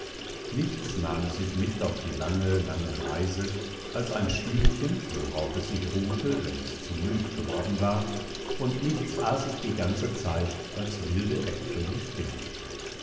nichts nahm es sich mit auf die lange lange reise als ein stühlchen worauf es sich ruhte wann es zu müd geworden war und nichts aß es die ganze zeit als wilde aepfel und birnen